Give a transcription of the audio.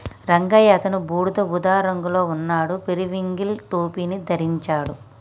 రంగయ్య అతను బూడిద ఊదా రంగులో ఉన్నాడు, పెరివింకిల్ టోపీని ధరించాడు